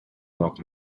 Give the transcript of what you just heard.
lock